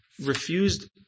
refused